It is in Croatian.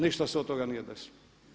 Ništa se od toga nije desilo.